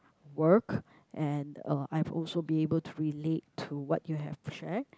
work and uh I've also be able to related to what you have shared